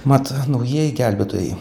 mat naujieji gelbėtojai